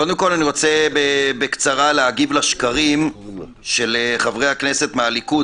קודם כל אני רוצה בקצרה להגיב לשקרים של חברי הכנסת של הליכוד.